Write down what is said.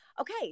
okay